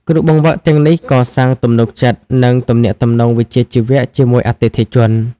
គ្រូបង្វឹកទាំងនេះកសាងទំនុកចិត្ត និងទំនាក់ទំនងវិជ្ជាជីវៈជាមួយអតិថិជន។